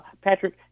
Patrick